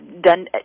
done